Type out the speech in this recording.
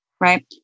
right